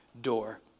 door